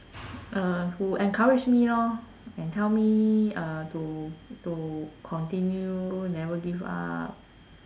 uh who encourage me lor and tell me uh to to continue never give up